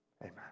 Amen